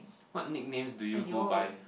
what nicknames do you go by